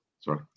sorry